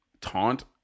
taunt